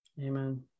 amen